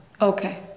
Okay